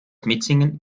mitsingen